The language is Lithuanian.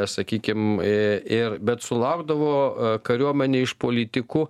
sakykim ir bet sulaukdavo kariuomenė iš politikų